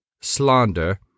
slander